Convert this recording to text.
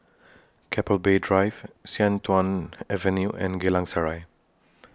Keppel Bay Drive Sian Tuan Avenue and Geylang Serai